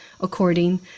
according